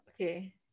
Okay